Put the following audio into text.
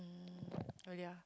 mm really ah